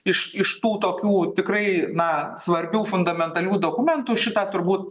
iš iš tų tokių tikrai na svarbių fundamentalių dokumentų šitą turbūt